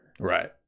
right